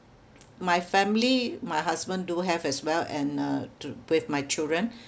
my family my husband do have as well and uh to with my children